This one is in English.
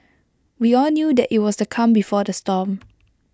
we all knew that IT was the calm before the storm